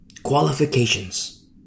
Qualifications